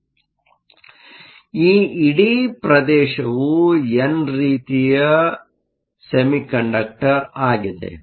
ಆದ್ದರಿಂದ ಈ ಇಡೀ ಪ್ರದೇಶವು ಎನ್ ರೀತಿಯ ಸೆಮಿಕಂಡಕ್ಟರ್ ಆಗಿದೆ